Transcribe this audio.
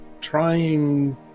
Trying